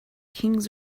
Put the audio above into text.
kings